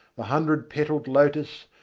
the hundred-petalled lotus,